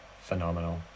phenomenal